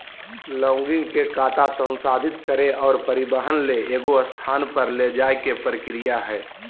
logging के काटा संसाधित करे और परिवहन ले एगो स्थान पर ले जाय के प्रक्रिया हइ